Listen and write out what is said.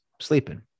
sleeping